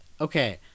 Okay